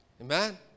Amen